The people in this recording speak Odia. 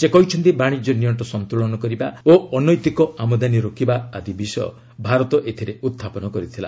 ସେ କହିଛନ୍ତି ବାଣିଜ୍ୟ ନିଅଣ୍ଟ ସନ୍ତୁଳନ କରିବା ଓ ଅନୈତିକ ଆମଦାନୀ ରୋକିବା ଆଦି ବିଷୟ ଭାରତ ଏଥିରେ ଉହ୍ଚାପନ କରିଥିଲା